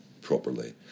properly